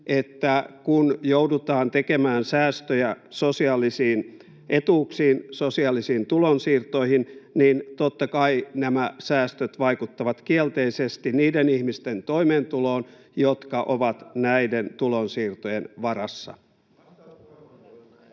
että kun joudutaan tekemään säästöjä sosiaalisiin etuuksiin, sosiaalisiin tulonsiirtoihin, totta kai nämä säästöt vaikuttavat kielteisesti niiden ihmisten toimeentuloon, jotka ovat näiden tulonsiirtojen varassa.